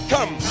Come